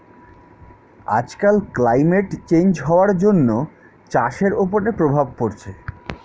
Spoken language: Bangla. আজকাল ক্লাইমেট চেঞ্জ হওয়ার জন্য চাষের ওপরে প্রভাব পড়ছে